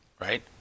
Right